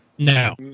No